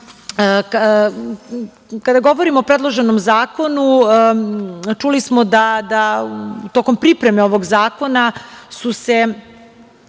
govorimo o predloženom zakonu, čuli smo da tokom pripreme ovog zakona su se